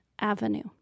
Avenue